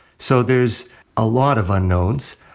so there's a lot of unknowns.